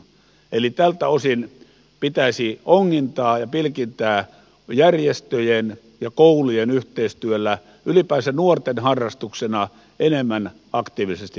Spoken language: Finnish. eli tältä osin pitäisi ongintaa ja pilkintää järjestöjen ja koulujen yhteistyöllä ylipäänsä nuorten harrastuksena enemmän aktiivisesti viedä eteenpäin